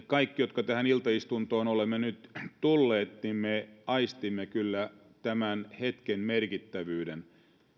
kaikki jotka tähän iltaistuntoon olemme nyt tulleet aistimme kyllä tämän hetken merkittävyyden